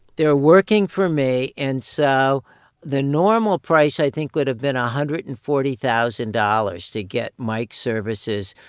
they were working for me. and so the normal price, i think, would have been one ah hundred and forty thousand dollars to get mike's services.